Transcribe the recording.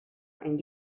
and